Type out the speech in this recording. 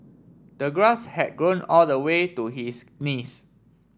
the grass had grown all the way to his knees